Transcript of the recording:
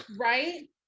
right